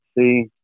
see